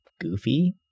goofy